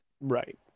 Right